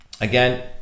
again